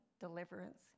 Deliverance